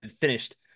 finished